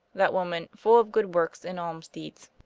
that woman full of good works and alms deeds.